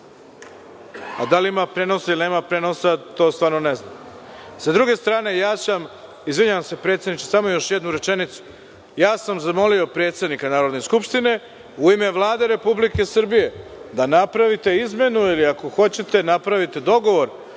Da li ima prenosa ili nema prenosa, to stvarno ne znam. Izvinjavam se predsedniče, samo još jednu rečenicu. Zamolio sam predsednika Narodne skupštine u ime Vlade Republike Srbije da napravite izmenu, ili ako hoćete napravite dogovor,